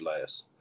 last